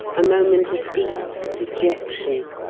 a moment of deep dejection,